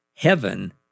Heaven